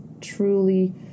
truly